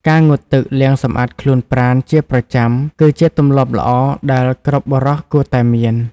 ការងូតទឹក លាងសម្អាតខ្លួនប្រាណជាប្រចាំ គឺជាទម្លាប់ល្អដែលគ្រប់បុរសគួរតែមាន។